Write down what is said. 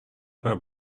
about